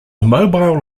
mobile